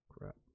Crap